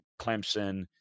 Clemson